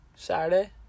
Saturday